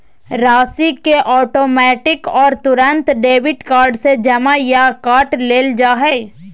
राशि के ऑटोमैटिक और तुरंत डेबिट कार्ड से जमा या काट लेल जा हइ